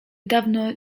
dawno